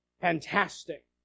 fantastic